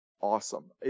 awesome